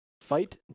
Fight